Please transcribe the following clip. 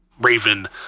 raven